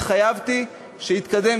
התחייבתי שיתקדם,